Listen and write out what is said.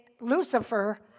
Lucifer